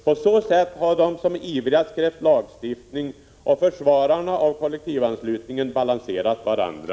På så sätt har de som ivrigast krävt lagstiftning mot och försvararna av kollektivanslutning balanserat varandra.